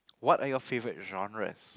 what are your favourite genres